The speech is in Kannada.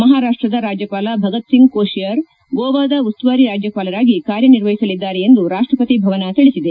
ಮಹಾರಾಷ್ಟದ ರಾಜ್ಯಪಾಲ ಭಗತ್ಸಿಂಗ್ ಕೋಶಿಯಾರ್ ಗೋವಾದ ಉಸ್ತುವಾರಿ ರಾಜ್ಯಪಾಲರಾಗಿ ಕಾರ್ಯನಿರ್ವಹಿಸಲಿದ್ದಾರೆ ಎಂದು ರಾಷ್ಟ್ರಪತಿ ಭವನ ತಿಳಿಸಿದೆ